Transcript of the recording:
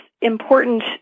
important